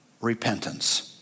repentance